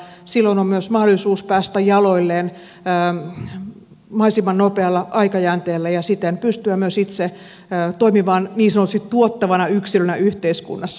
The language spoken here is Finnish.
silloin on myös mahdollisuus päästä jaloilleen mahdollisimman nopealla aikajänteellä ja siten pystyä myös itse toimimaan niin sanotusti tuottavana yksilönä yhteiskunnassa